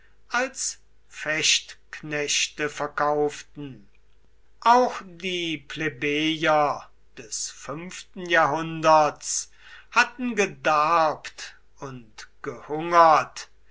als fechtknechte verkauften auch die plebejer des fünften jahrhunderts hatten gedarbt und gehungert